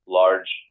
large